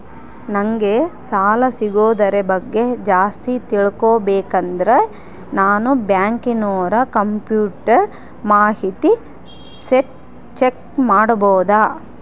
ನಂಗೆ ಸಾಲ ಸಿಗೋದರ ಬಗ್ಗೆ ಜಾಸ್ತಿ ತಿಳಕೋಬೇಕಂದ್ರ ನಾನು ಬ್ಯಾಂಕಿನೋರ ಕಂಪ್ಯೂಟರ್ ಮಾಹಿತಿ ಶೇಟ್ ಚೆಕ್ ಮಾಡಬಹುದಾ?